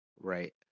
Right